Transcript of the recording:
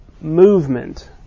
movement